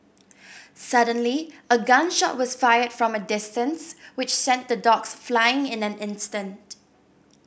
suddenly a gun shot was fired from a distance which sent the dogs fleeing in an instant